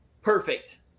perfect